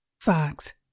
Fox